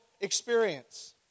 experience